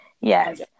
Yes